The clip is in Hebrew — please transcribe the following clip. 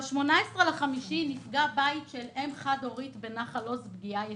ב-18 במאי נפגע בית של אם חד-הורית בנחל עוז פגיעה ישירה.